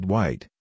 White